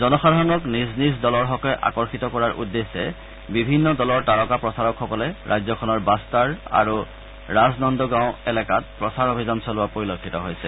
জনসাধাৰণক নিজ নিজ দলৰ হকে আকৰ্ষিত কৰাৰ উদ্দেশ্যে বিভিন্ন দলৰ তাৰকা প্ৰচাৰকসকলে ৰাজ্যখনৰ বাট্টাৰ আৰু ৰাজনন্দগাঁও এলেকাত প্ৰচাৰ অভিযান চলোৱা পৰিলক্ষিত হৈছে